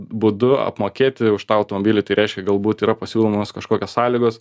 būdu apmokėti už tą automobilį tai reiškia galbūt yra pasiūlomos kažkokios sąlygos